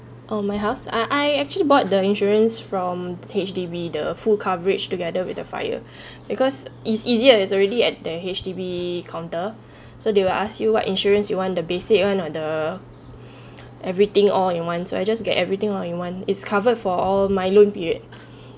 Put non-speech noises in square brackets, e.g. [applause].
oh my house I I actually bought the insurance from H_D_B the full coverage together with the fire [breath] because it's easier it's already at there H_D_B counter [breath] so they will ask you what insurance you want the basic one or the [breath] everything all in one so I just get everything all in one it's covered for all my loan period [breath]